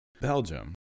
Belgium